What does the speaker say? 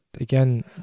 again